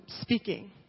speaking